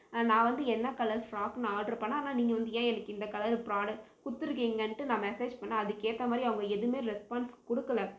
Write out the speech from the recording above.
நான் வந்து என்ன கலர் ஃப்ராக் நான் ஆர்டர் பண்ணே ஆனால் நீங்கள் வந்து ஏன் எனக்கு இந்த கலரு ப்ராடக்ட் கொடுத்திருக்கீங்கன்ட்டு நான் மெசேஜ் பண்ணேன் அதுக்கு ஏற்ற மாதிரி அவங்க எதுமே ரெஸ்பான்ஸ் கொடுக்கல